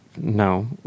No